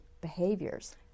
behaviors